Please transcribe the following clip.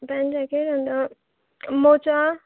pant jacket अन्त मोजा